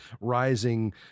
rising